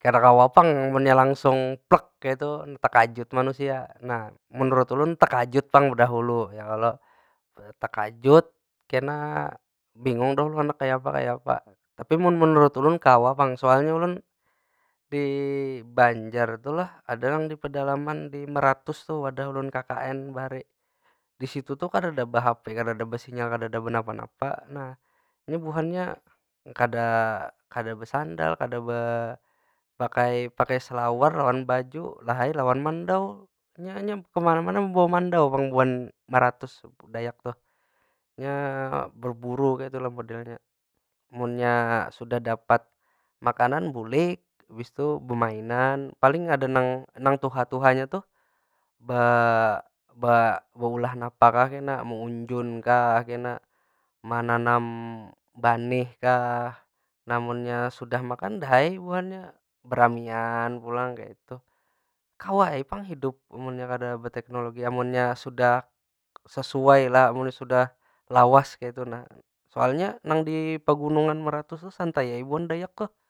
Kada kawa pang munnya langsung kaytu tekajut manusia. Nah, menurut ulun tekajut pang bedahulu ya kalo? Tekajut kena bingung ulun handak kayapa- kayapa. Tapi mun menurut ulun kawa pang, soalnya ulun di banjar tu lah, ada nang di pedalaman di meratus tu wadah ulun kkn bahari. Di situ tu kadeda behape, kadeda besinyal, kadeda benapa- napa. Nah, ni buhannya kada besandal, kada pakai salawar lawan baju lawan mandau. Nya- nya kemana- mana bebawa mandau pang buhan meratus tu, dayak tu. Nya berburu kaytu lah modelnya. Munnya sudah dapat makanan bulik, habis tu bemainan. Paling ada nang- nang tuha- tuhanya tuh be- beulah napa kah kena. Meunjun kah kena, menanam banih kah. Namunnya sudah makan dah ai buhannya beramian pulang. kawa ai pang hidup munnya kada beteknologi. Amunnya sudah sesuai lah, amunnya sudah lawas kaytu nah. Soalnya nagn di pegunungan meratus tu santai ai buhan dayak tuh.